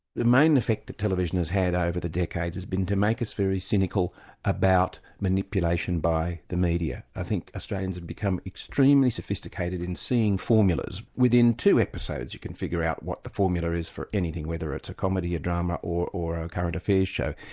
the main effect that television has had over the decades has been to make us very cynical about manipulation by the media. i think australians have become extremely sophisticated in seeing formulas. within two episodes you can figure out what the formula is for anything, whether it's a comedy, a drama or or a current affairs shows.